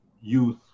youth